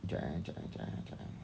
jap eh jap eh jap eh